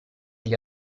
gli